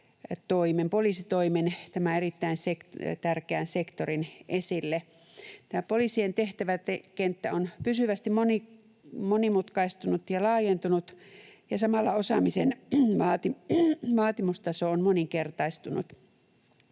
poliisitoimen, tämän erittäin tärkeän sektorin. Tämä poliisien tehtäväkenttä on pysyvästi monimutkaistunut ja laajentunut, ja samalla osaamisen vaatimustaso on moninkertaistunut.